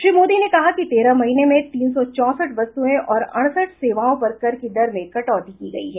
श्री मोदी ने कहा कि तेरह महीने में तीन सौ चौसठ वस्तुएं और अड़सठ सेवाओं पर कर की दर में कटौती की गयी है